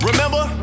Remember